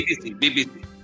BBC